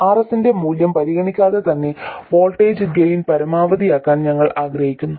RS ന്റെ മൂല്യം പരിഗണിക്കാതെ തന്നെ വോൾട്ടേജ് ഗെയിൻ പരമാവധിയാക്കാൻ ഞങ്ങൾ ആഗ്രഹിക്കുന്നു